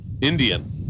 Indian